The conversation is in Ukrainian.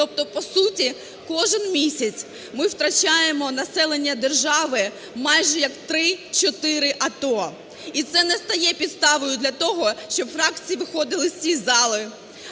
тобто, по суті, кожен місяць ми втрачаємо населення держави майже як 3-4 АТО. І це не стає підставою для того, щоб фракції виходили з цієї зали